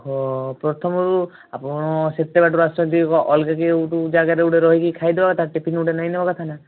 ହଁ ପ୍ରଥମରୁ ଆପଣ ସେତେ ବାଟରୁ ଆସିଛନ୍ତି ଅଲଗା କେଉଁଟି ଜାଗାରେ ଗୋଟେ ରହିକି ଖାଇଦେବା କଥା ଟିଫିନ ଗୋଟେ ନେଇନବା କଥା ନା